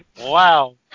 Wow